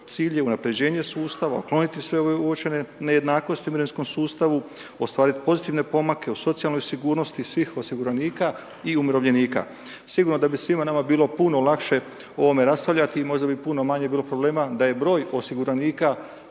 cilj unaprjeđenje sustava, ukloniti sve ove uočene nejednakosti u mirovinskom sustavu, ostvariti pozitivne pomake u socijalnoj sigurnosti svih osiguranika i umirovljenika. Sigurno da bi svima nama bilo puno lakše o ovome raspravljati i možda bi puno manje bilo problema da je broj osiguranika